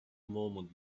movement